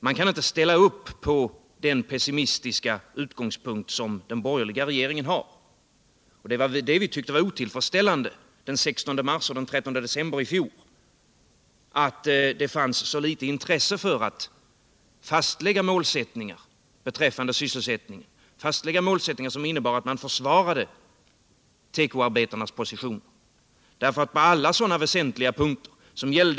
Man kan inte ställa upp på den pessimistiska utgångspunkt som den borgerliga regeringen har. Det fanns så litet intresse att fastlägga målsättningen beträffande sysselsättningen, och det innebar att man försvarade tekoarbetarnas position, som vi tyckte var otillfredsställande den 16 mars och den 13 december i fjol.